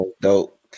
dope